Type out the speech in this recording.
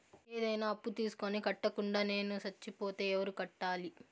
ఏదైనా అప్పు తీసుకొని కట్టకుండా నేను సచ్చిపోతే ఎవరు కట్టాలి?